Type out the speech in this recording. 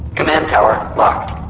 command tower locked